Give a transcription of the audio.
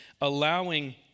allowing